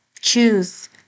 Choose